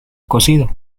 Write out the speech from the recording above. cocido